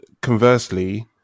conversely